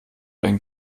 einen